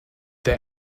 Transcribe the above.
the